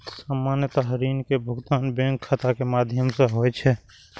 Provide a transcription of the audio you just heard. सामान्यतः ऋण के भुगतान बैंक खाता के माध्यम सं होइ छै